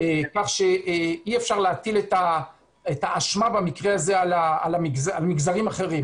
כך שאי אפשר להטיל את האשמה במקרה הזה על מגזרים אחרים.